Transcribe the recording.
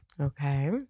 Okay